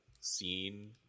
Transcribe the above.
scene